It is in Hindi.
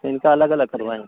इनका अलग अलग करवाएं